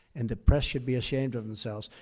and the press should be ashamed of themselves.